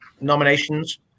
nominations